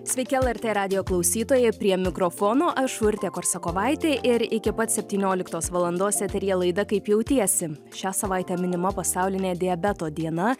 sveiki lrt radijo klausytojai prie mikrofono aš urtė korsakovaitė ir iki pat septynioliktos valandos eteryje laida kaip jautiesi šią savaitę minima pasaulinė diabeto diena